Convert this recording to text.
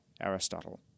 Aristotle